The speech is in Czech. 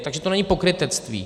Takže to není pokrytectví.